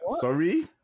sorry